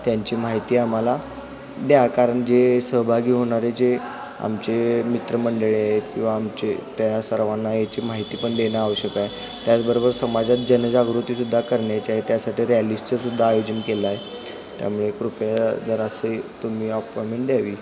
त्यांची माहिती आम्हाला द्या कारण जे सहभागी होणारे जे आमचे मित्रमंडळी आहेत किंवा आमचे त्या सर्वांना याची माहिती पण देणं आवश्यक आहे त्याचबरोबर समाजात जनजागृतीसुद्धा करण्याची आहे त्यासाठीच रॅलीजचंसुद्धा आयोजन केलं आहे त्यामुळे कृपया जरा अशी तुम्ही अपॉइमेंट द्यावी